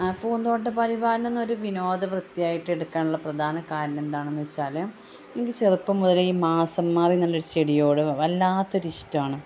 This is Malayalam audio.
പൂന്തോട്ട പരിപാലനം ഒരു വിനോദ വൃത്തിയായിട്ട് എടുക്കാനുള്ള പ്രധാന കാരണം എന്താണെന്ന് വെച്ചാല് എനിക്ക് ചെറുപ്പം മുതലേ ഈ മാസം മാറി എന്നുള്ള ചെടിയോട് വല്ലാത്തൊരു ഇഷ്ടമാണ്